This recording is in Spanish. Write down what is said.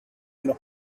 los